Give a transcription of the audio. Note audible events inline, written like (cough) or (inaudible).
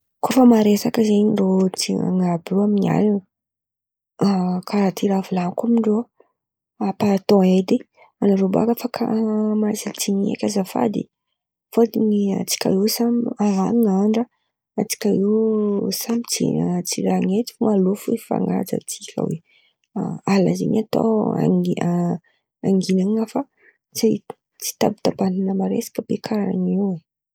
Koa fa maresaka zen̈y rô jirany àby io, (hesitation) karà ty raha volan̈iko amindrô: anarô bakà fa karàha mantsintsin̈y eky azafady! Fôtony antsika io efa alin̈y andra, antsika io samby ji- jirany eo fo alô fo ifan̈aja atsika. Alina zen̈y atao a- a- angin̈ana fa tsy tsy itabitaban̈a maresaka be karàn'io ai.